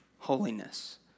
Holiness